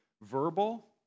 verbal